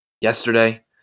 yesterday